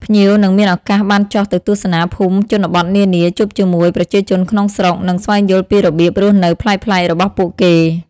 ភ្ញៀវនឹងមានឱកាសបានចុះទៅទស្សនាភូមិជនបទនានា ជួបជាមួយប្រជាជនក្នុងស្រុក និងស្វែងយល់ពីរបៀបរស់នៅប្លែកៗរបស់ពួកគេ។